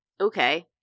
okay